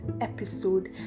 episode